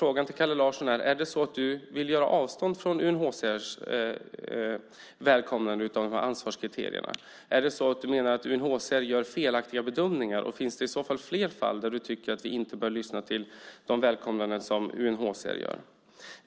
Tar Kalle Larsson avstånd från UNHCR:s välkomnande av ansvarskriterierna? Menar du att UNHCR gör felaktiga bedömningar, och finns det i så fall fler fall där du tycker att vi inte bör lyssna till de välkomnanden som UNHCR gör?